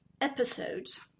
episodes